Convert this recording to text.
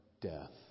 death